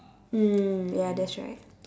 mm ya that's right